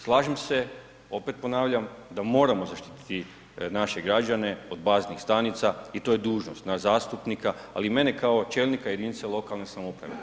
Slažem se, opet ponavljam da moramo zaštiti naše građane od baznih stanica i to je dužnost nas zastupnika, ali i mene kao čelnika jedinice lokalne samouprave.